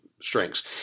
strengths